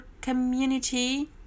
community